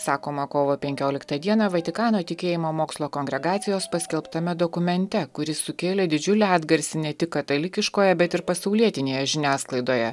sakoma kovo penkioliktą dieną vatikano tikėjimo mokslo kongregacijos paskelbtame dokumente kuris sukėlė didžiulį atgarsį ne tik katalikiškoje bet ir pasaulietinėje žiniasklaidoje